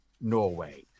Norway